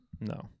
No